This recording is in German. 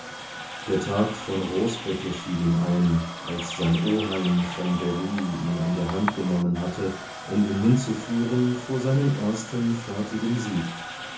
der tag von roosbecke fiel ihm ein als sein oheim von berry ihn an der hand genommen hatte um ihn hinzuführen vor seinen ersten fertigen sieg